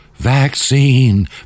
vaccine